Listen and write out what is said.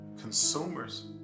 consumers